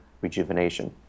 rejuvenation